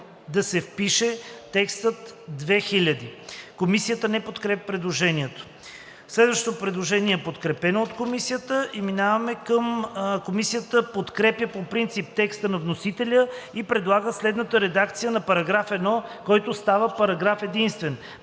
да се впише текстът: „2 000,0“.“ Комисията не подкрепя предложението. Следващото предложение е подкрепено от Комисията и преминаваме към: Комисията подкрепя по принцип текста на вносителя и предлага следната редакция на § 1, който става Параграф единствен.